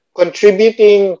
contributing